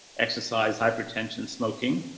exercise, hypertension, smoking.